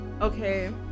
Okay